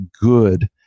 good